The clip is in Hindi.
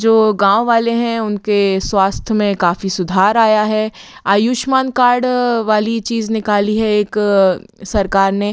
जो गाँव वाले हैं उनके स्वास्थ्य में काफ़ी सुधार आया है आयुष्मान कार्ड वाली चीज़ निकाली है एक सरकार ने